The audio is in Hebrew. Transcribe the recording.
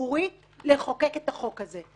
ציבורית לחוקק את החוק הזה,